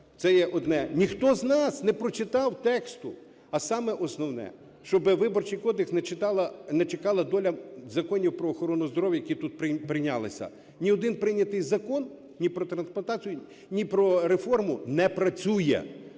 це є одне. Ніхто з нас не прочитав тексту. А саме основне, щоби Виборчий кодекс не чекала доля законів про охорону здоров'я, які тут прийнялися. Ні один прийнятий закон, ні про трансплантацію, ні про реформу, не працює.